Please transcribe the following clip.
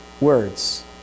words